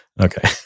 Okay